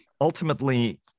Ultimately